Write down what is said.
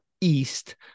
east